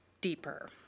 deeper